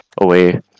away